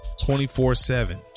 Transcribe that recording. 24-7